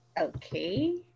okay